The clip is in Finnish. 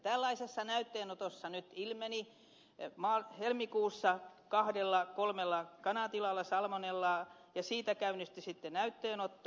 tällaisessa näytteenotossa nyt ilmeni helmikuussa kahdella kolmella kanatilalla salmonellaa ja siitä käynnistyi sitten näytteenotto